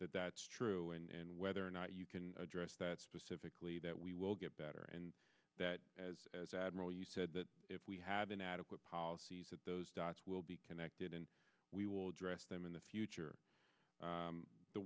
that that's true and whether or not you can address that specifically that we will get better and that as as admiral you said that if we have inadequate policies that those dots will be connected and we will address them in the future